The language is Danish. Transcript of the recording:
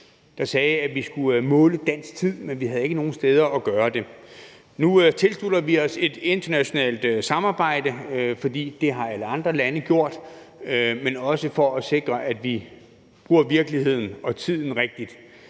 der sagde, at vi skulle måle dansk tid, men vi havde ikke nogen steder at gøre det. Nu tilslutter vi os et internationalt samarbejde, fordi alle andre lande har gjort det, men også fordi vi vil sikre, at vi bruger virkeligheden og tiden rigtigt.